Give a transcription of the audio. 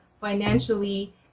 financially